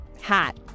hat